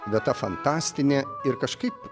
vieta fantastinė ir kažkaip